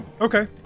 Okay